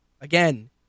Again